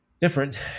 Different